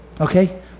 okay